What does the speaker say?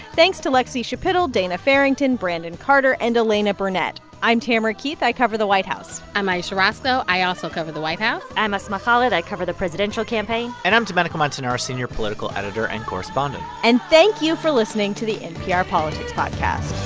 thanks to lexie schapitl, dana farrington, brandon carter and elena burnett. i'm tamara keith. i cover the white house i'm ayesha rascoe. i also cover the white house i'm asma khalid. i cover the presidential campaign and i'm domenico montanaro, senior political editor and correspondent and thank you for listening to the npr politics podcast